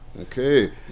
Okay